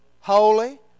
Holy